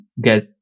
get